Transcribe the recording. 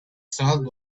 salt